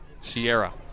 Sierra